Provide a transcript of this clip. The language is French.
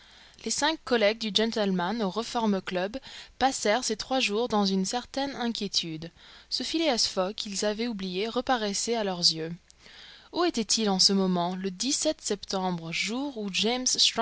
les cinq collègues du gentleman au reform club passèrent ces trois jours dans une certaine inquiétude ce phileas fogg qu'ils avaient oublié reparaissait à leurs yeux où était-il en ce moment le décembre jour où james